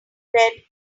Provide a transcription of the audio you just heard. red